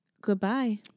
goodbye